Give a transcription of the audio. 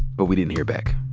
but we didn't hear back.